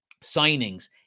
signings